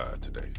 today